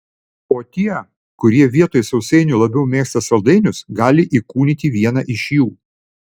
o tie kurie vietoj sausainių labiau mėgsta saldainius gali įkūnyti vieną iš jų